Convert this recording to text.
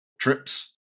trips